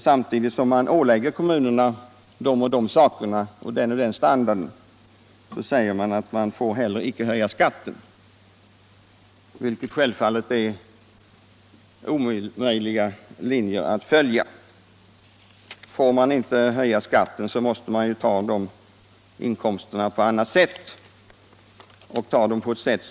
Samtidigt som man ålägger kommunerna att hålla en viss och ständigt ökad standard på sin service begränsar man kommunernas rätt att höja skatten. Får kommunerna inte höja skatten, måste naturligtvis de erforderliga inkomsterna tas in på annat sätt.